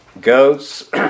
Goats